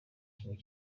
kimwe